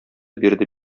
бирде